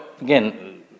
again